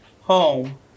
home